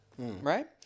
Right